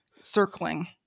circling